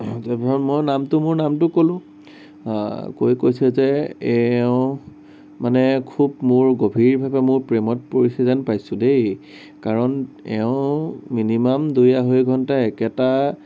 তাৰপিছত মই নামটো মোৰ নামটো ক'লো কৈ কৈছে যে এওঁ মানে খুব মোৰ গভীৰভাৱে মোৰ প্ৰেমত পৰিছে যেন পাইছো দেই কাৰণ এওঁ মিনিমাম দুই আঢ়ৈ ঘন্টা একেটা